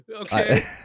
okay